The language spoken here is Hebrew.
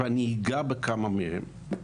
ואני אגע בכמה מהם.